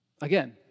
Again